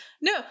no